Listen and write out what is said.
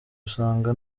usanga